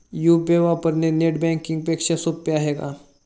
UPI वापरणे net banking पेक्षा सोपे आहे का?